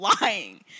lying